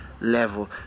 level